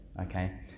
Okay